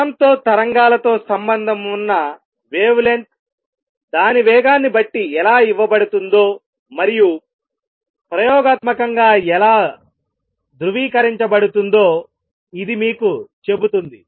కణంతో తరంగాలతో సంబంధం ఉన్న వేవ్ లెంగ్త్ దాని వేగాన్ని బట్టి ఎలా ఇవ్వబడుతుందో మరియు ప్రయోగాత్మకంగా ఎలా ధృవీకరించబడుతుందో ఇది మీకు చెబుతుంది